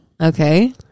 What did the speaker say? Okay